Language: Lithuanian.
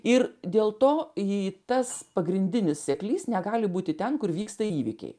ir dėl to jį tas pagrindinis seklys negali būti ten kur vyksta įvykiai